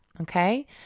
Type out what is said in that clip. Okay